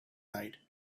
night